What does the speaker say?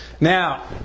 Now